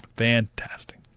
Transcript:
Fantastic